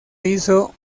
hizo